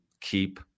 keep